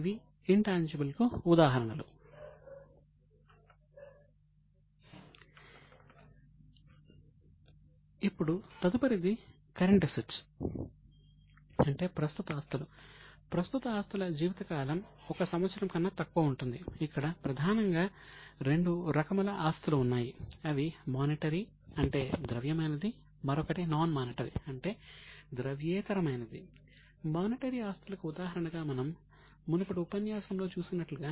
ఇవి intangible కు ఉదాహరణలు